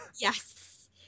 Yes